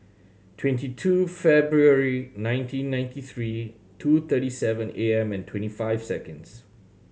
twenty two February nineteen ninety three two thirty seven A M and twenty five seconds